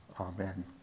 amen